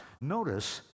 Notice